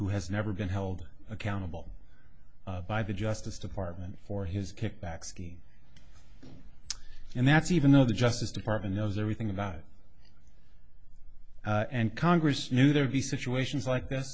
who has never been held accountable by the justice department for his kickbacks and that's even though the justice department knows everything about it and congress knew there would be situations like th